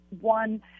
one